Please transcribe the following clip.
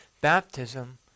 baptism